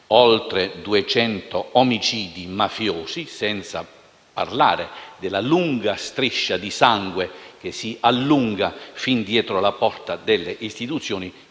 oltre 200 omicidi mafiosi, senza parlare della lunga striscia di sangue, che si allunga fin dietro la porta delle istituzioni),